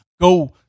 go